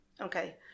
okay